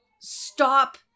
stop